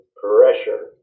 pressure